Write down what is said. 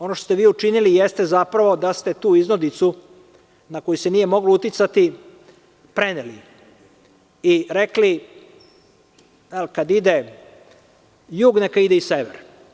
Ono što ste vi učinili jeste zapravo da ste tu iznudicu na koju se nije moglo uticati preneli i rekli – kad ide jug neka ide i sever.